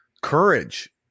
courage